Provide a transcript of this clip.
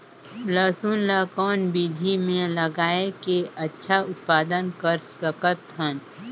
लसुन ल कौन विधि मे लगाय के अच्छा उत्पादन कर सकत हन?